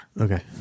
okay